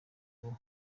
ngo